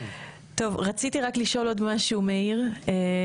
רציתי רק לשאול עוד משהו, מאיר.